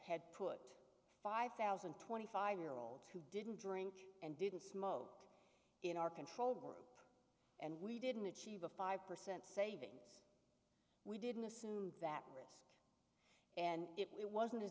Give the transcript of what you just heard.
had put five thousand twenty five year olds who didn't drink and didn't smoke in our control group and we didn't achieve a five percent savings we didn't assume that risk and it wasn't as